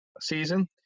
season